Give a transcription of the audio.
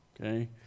okay